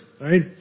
right